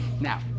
Now